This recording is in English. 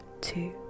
two